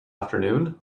afternoon